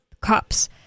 cops